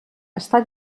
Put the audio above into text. està